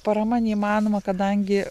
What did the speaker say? parama neįmanoma kadangi